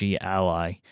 ally